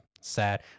sad